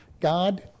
God